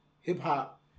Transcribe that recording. hip-hop